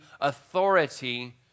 authority